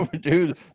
dude